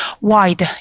wide